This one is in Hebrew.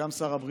גם לשר הבריאות,